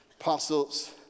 Apostles